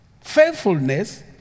Faithfulness